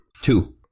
Two